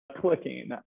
clicking